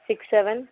six seven